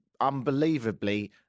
unbelievably